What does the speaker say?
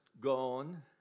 gone